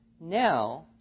Now